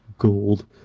gold